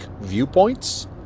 viewpoints